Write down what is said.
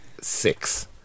six